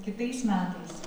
kitais metais